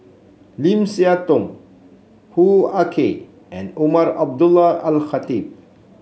Lim Siah Tong Hoo Ah Kay and Umar Abdullah Al Khatib